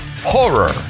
horror